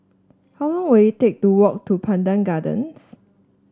how long will it take to walk to Pandan Gardens